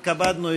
התכבדנו,